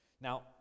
Now